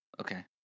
Okay